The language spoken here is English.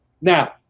Now